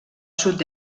sud